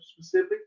specific